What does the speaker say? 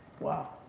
Wow